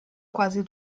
quasi